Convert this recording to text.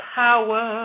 power